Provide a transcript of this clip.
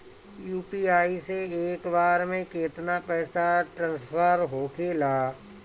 UPI से एक बार मे केतना पैसा ट्रस्फर होखे ला?